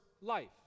life